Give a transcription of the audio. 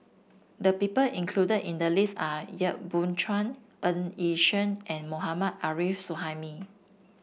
the people include in the list are Yap Boon Chuan Ng Yi Sheng and Mohammad Arif Suhaimi